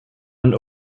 and